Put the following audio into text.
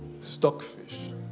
stockfish